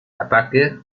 ataque